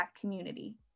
community